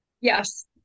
Yes